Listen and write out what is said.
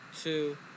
two